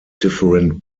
different